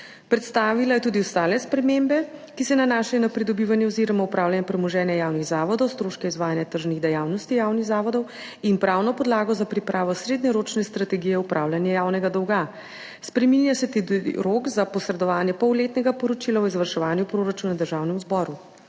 Predstavila je tudi ostale spremembe, ki se nanašajo na pridobivanje oziroma upravljanje premoženja javnih zavodov, stroške izvajanja tržnih dejavnosti javnih zavodov in pravno podlago za pripravo srednjeročne strategije upravljanja javnega dolga. Spreminja se tudi rok za posredovanje polletnega poročila o izvrševanju proračuna Državnemu zboru.